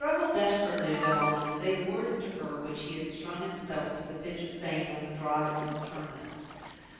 he struggled desperately to go on and say the words to her which he had strung himself to the pitch of saying on the drive from the terminus.